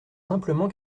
simplement